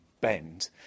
bend